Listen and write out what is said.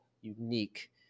unique